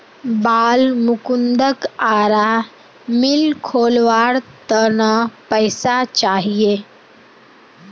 बालमुकुंदक आरा मिल खोलवार त न पैसा चाहिए